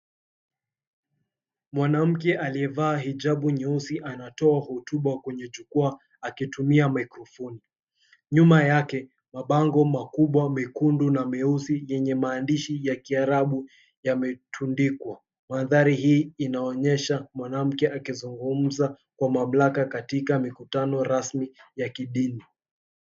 Mwanamke aliyevaa hijabu nyeusi, anatoa hotuba kwenye jukwaa, akitumia maikrofoni . Nyuma yake mabango makubwa mekundu na meusi yenye maandishi ya Kiarabu yametundikwa. Manthari hii inaonyesha mwanamke akizungumza kwa mamlaka katika mikutano rasmi ya kidini.